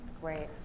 Great